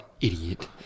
Idiot